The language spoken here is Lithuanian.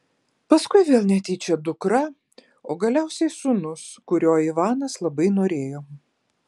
paskui vėl netyčia dukra o galiausiai sūnus kurio ivanas labai norėjo